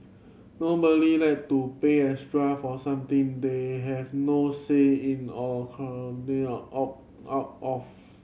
nobody like to pay extra for something they have no say in or can opt out off